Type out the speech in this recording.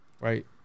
right